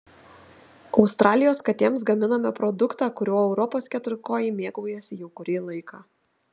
australijos katėms gaminame produktą kuriuo europos keturkojai mėgaujasi jau kurį laiką